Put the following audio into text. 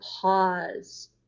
pause